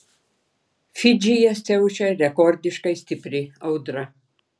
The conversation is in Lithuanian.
fidžyje siaučia rekordiškai stipri audra